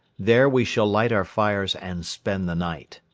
there we shall light our fires and spend the night.